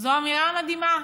זו אמירה מדהימה,